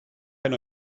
pan